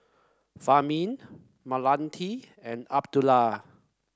Fahmi Melati and Abdullah